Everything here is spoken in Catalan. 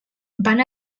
van